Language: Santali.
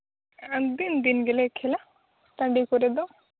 ᱟᱨ ᱫᱤᱱ ᱫᱤᱱ ᱜᱮᱞᱮ ᱠᱷᱮᱹᱞᱟ ᱴᱟᱺᱰᱤ ᱠᱚᱨᱮ ᱫᱚ